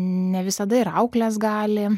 ne visada ir auklės gali